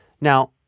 Now